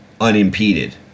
unimpeded